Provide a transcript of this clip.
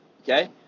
okay